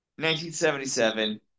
1977